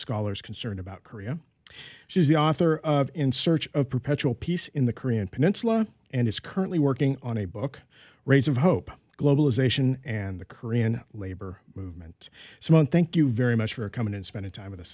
scholars concerned about korea she's the author of in search of perpetual peace in the korean peninsula and is currently working on a book rays of hope globalization and the korean labor movement someone thank you very much for coming and spending time with us this